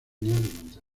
durante